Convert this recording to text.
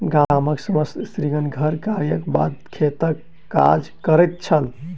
गामक समस्त स्त्रीगण घर कार्यक बाद खेतक काज करैत छल